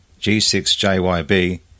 G6JYB